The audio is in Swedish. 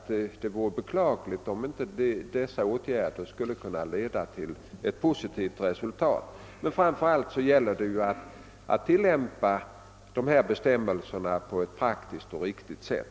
Det vore beklagligt om dessa åtgärder inte kunde leda till ett positivt resultat. Framför allt gäller det emellertid, som jag redan framhållit, att tillämpa bestämmelserna på ett praktiskt och riktigt sätt.